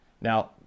Now